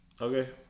Okay